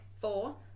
four